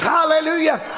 Hallelujah